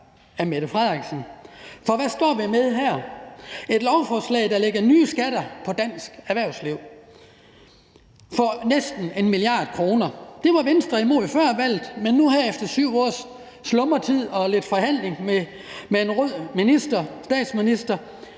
For hvad står vi med her? Vi står med et lovforslag, der lægger nye skatter på dansk erhvervsliv for næsten 1 mia. kr. Det var Venstre imod før valget, men nu her efter 7 års slumretid og lidt forhandling med en rød statsminister